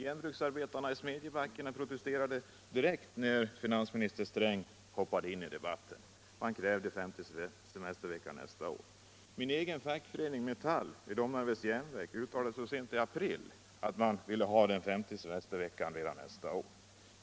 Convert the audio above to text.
Järnbruksarbetarna i Smedjebacken protesterade direkt när finansminister Sträng hoppade in i debatten, och de krävde en femte semestervecka nästa är. Min egen fackförening inom Metall vid Domnarvets järnverk uttalade så sent som i april att man ville ha den femte semesterveckan redan nästa År.